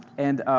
and